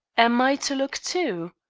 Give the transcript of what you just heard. am i to look, too?